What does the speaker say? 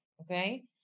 Okay